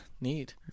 Neat